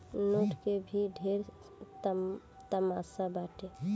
note के भी ढेरे तमासा बाटे